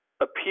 appeal